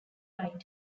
writer